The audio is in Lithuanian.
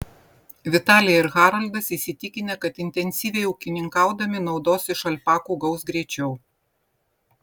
vitalija ir haroldas įsitikinę kad intensyviai ūkininkaudami naudos iš alpakų gaus greičiau